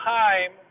time